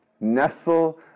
Nestle